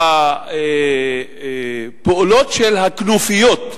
הפעולות של הכנופיות,